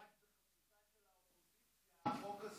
אני רוצה לציין שרק בחסותה של האופוזיציה החוק הזה יעבור.